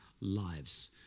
lives